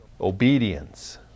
obedience